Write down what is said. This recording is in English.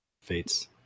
Fate's